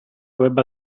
web